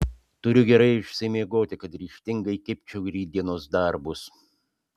turiu gerai išsimiegoti kad ryžtingai kibčiau į rytdienos darbus